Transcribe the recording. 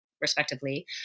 respectively